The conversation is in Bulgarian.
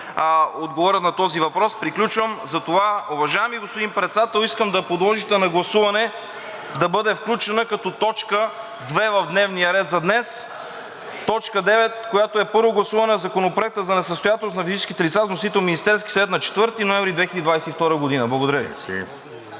времето!“) Приключвам. Затова, уважаеми господин Председател, искам да подложите на гласуване да бъде включена като точка две в дневния ред за днес – точка девет, която е: Първо гласуване на Законопроекта за несъстоятелност на физическите лица, с вносител – Министерски съвет, на 4 ноември 2022 г. Благодаря Ви.